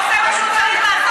עושה מה שהוא צריך לעשות,